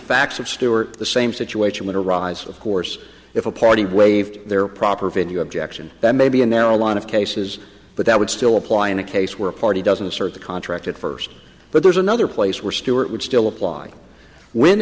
facts of stewart the same situation would arise of course if a party waived their proper venue objection that may be and there are a lot of cases but that would still apply in a case where a party doesn't assert the contract at first but there's another place where stewart would still apply when